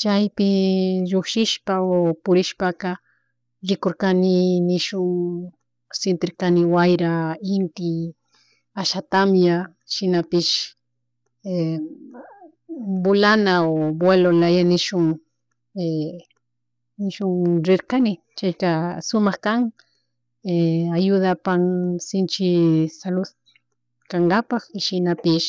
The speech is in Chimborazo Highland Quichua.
chaypi llullishpa o purishpakaa rikurkani nishun sentirkani wayra, inti, asha tamia shinapish, vulana o vuelolaya nishun rerkani chayka sumak kan ayudapan sinchi salud kangapak y shinapish